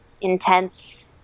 intense